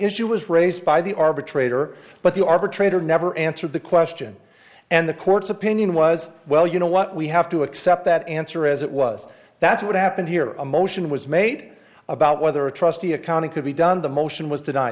issue was raised by the arbitrator but the arbitrator never answered the question and the court's opinion was well you know what we have to accept that answer as it was that's what happened here a motion was made about whether a trustee accounting could be done the motion was denied